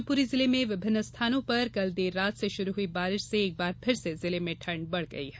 शिवपुरी जिले में विभिन्न स्थानों पर कल देर रात से शुरू हुई बारिश से एक बार फिर से जिले में ठंड बढ़ गई है